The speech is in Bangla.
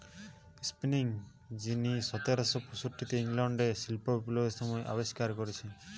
স্পিনিং যিনি সতেরশ পয়ষট্টিতে ইংল্যান্ডে শিল্প বিপ্লবের সময় আবিষ্কার কোরেছে